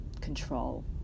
control